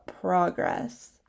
progress